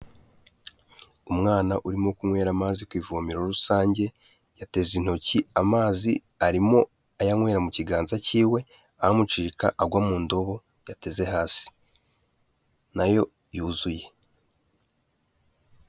Umwana urimo kunywera amazi ku ivomero rusange, yateze intoki, amazi arimo ayanywera mu kiganza cyiwe, amucika agwa mu ndobo yateze hasi, nayo yuzuye.